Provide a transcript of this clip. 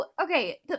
okay